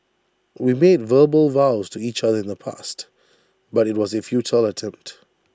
we made verbal vows to each other in the past but IT was A futile attempt